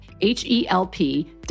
H-E-L-P